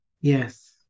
Yes